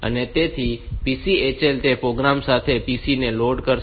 તેથી PCHL તે program સાથે PC ને લોડ કરશે